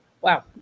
wow